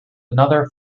another